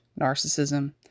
narcissism